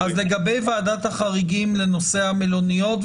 לגבי ועדת החריגים לנושא המלוניות,